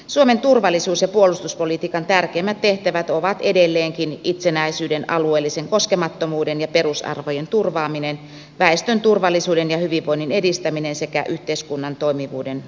suomen turvallisuus ja puolustuspolitiikan tärkeimmät tehtävät ovat edelleenkin itsenäisyyden alueellisen koskemattomuuden ja perusarvojen turvaaminen väestön turvallisuuden ja hyvinvoinnin edistäminen sekä yhteiskunnan toimivuuden ylläpitäminen